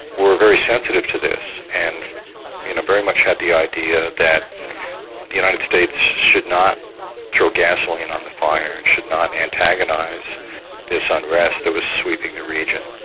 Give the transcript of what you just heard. were very sensitive to this, and you know very much had the idea that the united states should not throw gasoline on the fire, and should not antagonise this unrest that was sweeping the region.